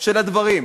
של הדברים.